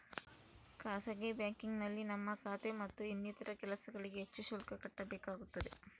ಖಾಸಗಿ ಬ್ಯಾಂಕಿಂಗ್ನಲ್ಲಿ ನಮ್ಮ ಖಾತೆ ಮತ್ತು ಇನ್ನಿತರ ಕೆಲಸಗಳಿಗೆ ಹೆಚ್ಚು ಶುಲ್ಕ ಕಟ್ಟಬೇಕಾಗುತ್ತದೆ